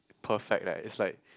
perfect like it's like